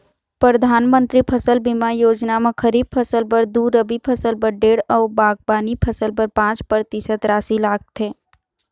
परधानमंतरी फसल बीमा योजना म खरीफ फसल बर दू, रबी फसल बर डेढ़ अउ बागबानी फसल बर पाँच परतिसत रासि लागथे